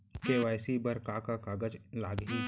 KYC बर का का कागज लागही?